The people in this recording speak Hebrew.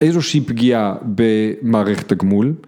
איזושהי פגיעה במערכת הגמול.